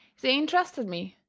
they intrusted me,